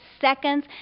seconds